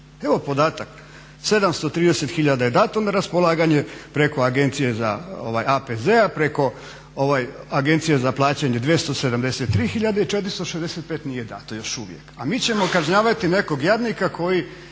Evo podatak 730 tisuća je dato na raspolaganje preko agencije za ovaj APZ-a preko Agencije za plaćanje 273 tisuće, a 465 nije dato još uvijek, a mi ćemo kažnjavati nekog jadnika koji